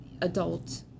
adult